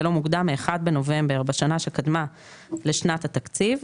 ולא מוקדם מ-1 בנובמבר בשנה שקדמה לשנת התקציב,